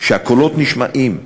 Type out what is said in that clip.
שהקולות נשמעים,